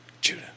Judah